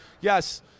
Yes